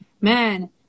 man